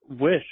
wish